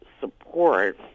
support